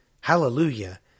Hallelujah